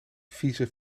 vieze